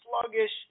sluggish